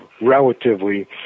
relatively